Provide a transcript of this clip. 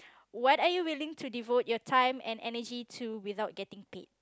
what are you willing to devote your time and energy to without getting paid